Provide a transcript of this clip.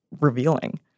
revealing